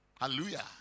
Hallelujah